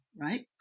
right